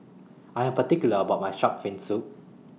I Am particular about My Shark's Fin Soup